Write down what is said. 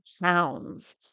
pounds